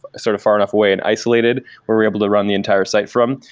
sort of far enough way and isolated where we're able to run the entire site from.